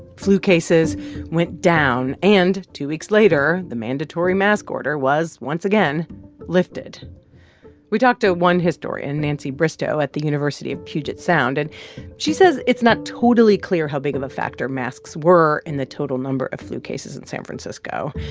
flu cases went down. and two weeks later, the mandatory mask order was once again lifted we talked to one historian, nancy bristow at the university of puget sound, and she says it's not totally clear how big of a factor masks were in the total number of flu cases in san francisco.